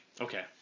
Okay